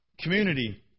Community